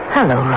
Hello